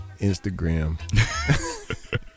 Instagram